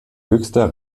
höchster